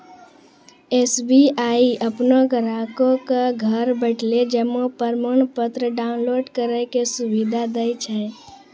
SBI अपनो ग्राहको क घर बैठले जमा प्रमाणपत्र डाउनलोड करै के सुविधा दै छै